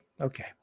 Okay